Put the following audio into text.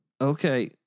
okay